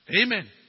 Amen